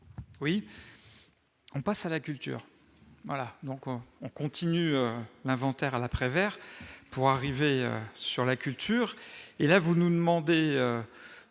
oui. On passe à la culture, voilà donc on on continue l'inventaire à la Prévert pour arriver sur la culture, et là vous nous demandez